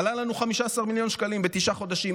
עלה לנו 15 מיליון שקלים בתשעה חודשים,